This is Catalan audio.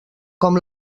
com